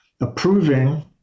approving